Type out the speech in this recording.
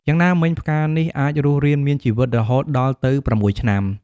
យ៉ាងណាមិញ ផ្កានេះអាចរស់រានមានជីវិតរហូតដល់ទៅ៦ឆ្នាំ។